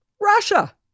Russia